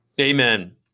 Amen